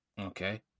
Okay